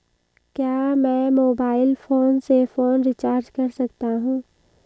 क्या मैं mobile phone से फोन रिचार्ज कर सकता हूं?